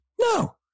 No